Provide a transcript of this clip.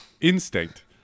Instinct